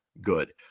good